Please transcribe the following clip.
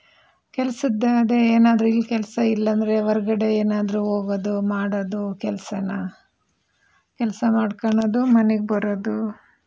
ಕೆಲಸದ್ದಾದರೆ ಏನಾದರೂ ಇಲ್ಲಿ ಕೆಲಸ ಇಲ್ಲಂದರೆ ಹೊರಗಡೆ ಏನಾದರೂ ಹೋಗೋದು ಮಾಡೋದು ಕೆಲಸನ ಕೆಲಸ ಮಾಡ್ಕೊಳೋದು ಮನೆಗೆ ಬರೋದು